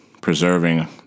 preserving